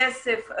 כסף,